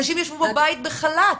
אנשים ישבו בבית בחל"ת.